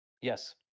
yes